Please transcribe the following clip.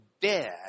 dead